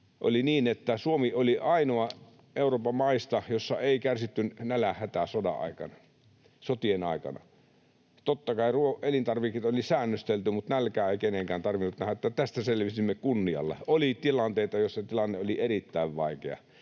Oli niin, että Suomi oli ainoa Euroopan maista, jossa ei kärsitty nälänhätää sotien aikana. Totta kai elintarvikkeita oli säännöstelty, mutta nälkää ei kenenkään tarvinnut nähdä, niin että tästä selvisimme kunnialla. Oli tilanteita, joissa tilanne oli erittäin vaikea,